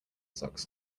sox